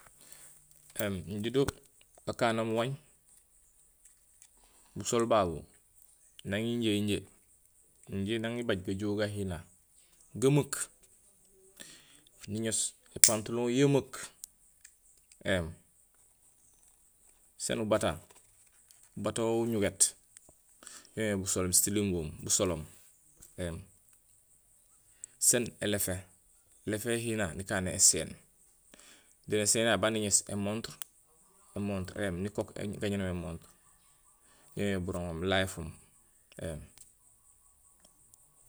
Oli babé upuu wan ja uguun mé, urokmé nufuuk woomé éfaguur, gaŋeputung, nélebeen sen émunguur, woomé upuu woomé wo njo urook nufuut éém wo wawu waan épinémama